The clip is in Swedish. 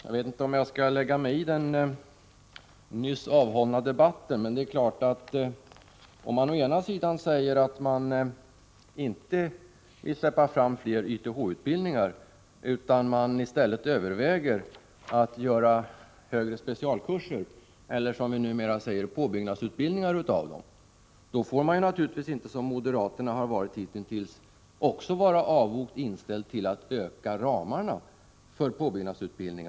Jag vet inte om jag egentligen skall lägga mig i den nyss avhållna debatten, men det är klart att om man å ena sidan säger att man inte vill släppa fram fler YTH-utbildningar utan i stället överväger att göra högre specialkurser eller, som vi numera säger, påbyggnadsutbildningar, av dem, får man inte samtidigt vara avogt inställd till att öka ramarna för påbyggnadsutbildningen, som moderaterna hittills har varit.